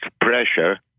pressure